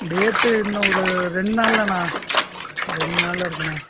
date இன்னும் ஒரு ரெண்டு நாளில்ண்ணா ரெண்டு நாளில் இருக்குதுண்ணா